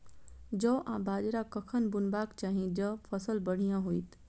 जौ आ बाजरा कखन बुनबाक चाहि जँ फसल बढ़िया होइत?